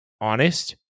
honest